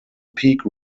peak